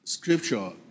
Scripture